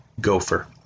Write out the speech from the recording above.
Gopher